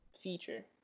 feature